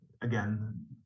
Again